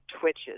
twitches